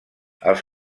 els